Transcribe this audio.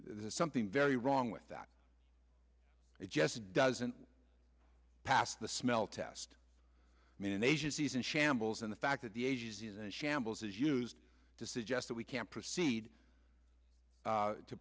there's something very wrong with that it just doesn't pass the smell test i mean agencies in shambles and the fact that the agencies in shambles as used to suggest that we can't proceed